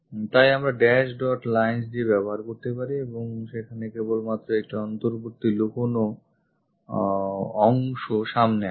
তাই আমরা dash dot lines দিয়ে ব্যবহার করতে পারি এবং সেখানে কেবলমাত্র একটি অন্তর্বর্তী লুকোনো অংশ সামনে আসছে